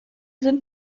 sind